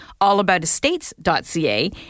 allaboutestates.ca